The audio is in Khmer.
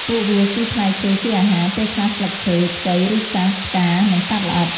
ពួកវាសុីផ្លែឈើជាអាហារ ពេលខ្លះស្លឹកឈើ ខ្ចី ឬចាស់ ផ្កានិងសត្វល្អិត។